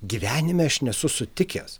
gyvenime aš nesu sutikęs